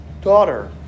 daughter